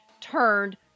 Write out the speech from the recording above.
turned